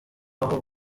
aho